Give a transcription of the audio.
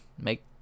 make